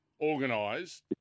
organised